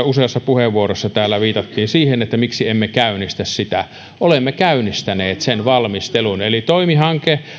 useassa puheenvuorossa viitattiin siihen miksi emme käynnistä sitä olemme käynnistäneet sen valmistelun eli toimi hanke